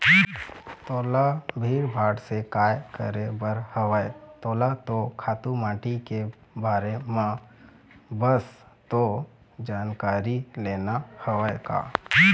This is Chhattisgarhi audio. तोला भीड़ भाड़ से काय करे बर हवय तोला तो खातू माटी के बारे म बस तो जानकारी लेना हवय का